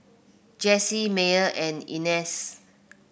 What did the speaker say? Jessy Myer and Ignatz